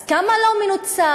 אז כמה לא מנוצל?